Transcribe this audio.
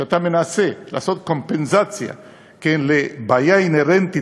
שאתה מנסה לעשות קומפנסציה לבעיה אינהרנטית,